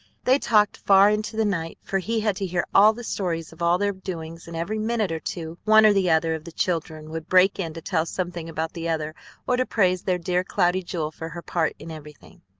they talked far into the night, for he had to hear all the stories of all their doings, and every minute or two one or the other of the children would break in to tell something about the other or to praise their dear cloudy jewel for her part in everything.